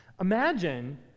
Imagine